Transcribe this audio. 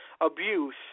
abuse